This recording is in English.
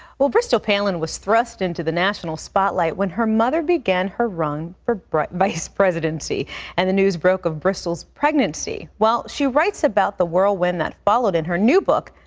well, bristol palin was thrust into the national spotlight when her mother began her run for vice presidency and the news broke of bristol's pregnancy. well, she writes about whirlwind that followed in her new book,